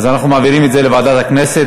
אז אנחנו מעבירים את זה לוועדת הכנסת,